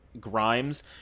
grimes